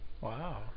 Wow